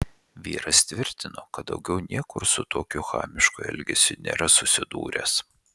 vyras tvirtino kad daugiau niekur su tokiu chamišku elgesiu nėra susidūręs